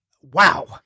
Wow